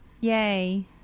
Yay